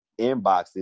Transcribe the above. inboxes